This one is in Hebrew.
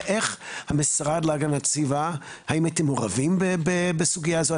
והאם המשרד להגנת הסביבה היה מעורב בסוגיה הזאת?